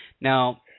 Now